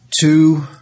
two